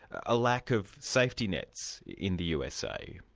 a lack of safety nets in the usa.